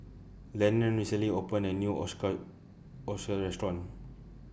Lenon recently opened A New Ochazuke Restaurant